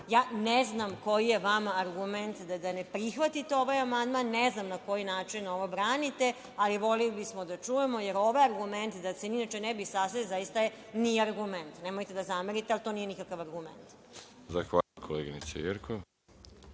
Ja ne znam koji je vama argument da ne prihvatite ovaj amandman i ne znam na koji način ovo branite, ali, voleli bismo da čujemo, jer ovaj argument zaista nije argument. Nemojte da zamerite, ali to nije nikakav argument.